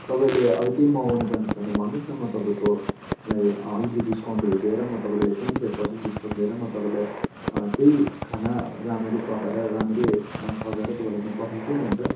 तपाईँले अरू केही मगाउनु चाहानुहुन्छ भने भन्नुहोस् न म तपाईँकोलाई अलिकति डिस्काउन्टहरू दिएर म तपाईँलाई ट्वेन्टी फाइभ पर्सेन्ट डिस्काउन्ट दिएर म तपाईँलाई त्यही खाना राम्ररी पकाएर राम्ररी सजाएर तपाईँलाई म पठाइदिन्छु नि अन्त